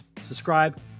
subscribe